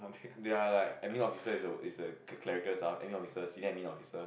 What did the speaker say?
they are like admin officers is the is the clerical staff admin officers senior admin officers